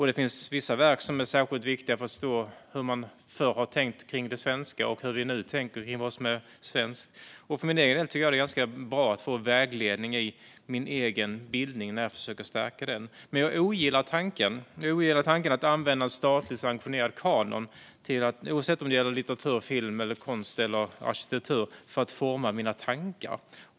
Det finns också vissa verk som är särskilt viktiga för att vi ska förstå hur man förr har tänkt kring det svenska och hur vi nu tänker kring vad som är svenskt. För egen del tycker jag att det är ganska bra att få vägledning när jag försöker stärka min egen bildning, men jag ogillar tanken att en statligt sanktionerad kanon - oavsett om det gäller litteratur, film, konst eller arkitektur - används för att forma mina tankar.